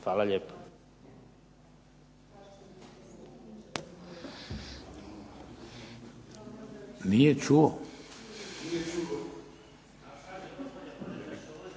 Hvala lijepo.